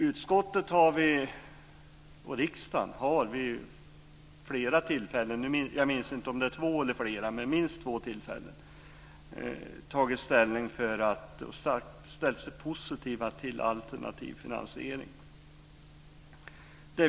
Utskottet och riksdagen har vid minst två tillfällen tagit ställning och ställt sig positiva till alternativ finansiering.